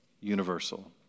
Universal